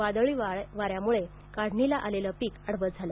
वादळी वाऱ्यामुळे काढणीला आलेलं पिक आडवं झालं